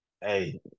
hey